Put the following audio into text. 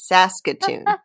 Saskatoon